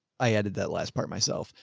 i added that last part myself.